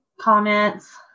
comments